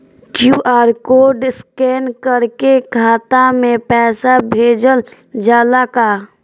QR code scan करके खाता में पैसा भेजल जाला का?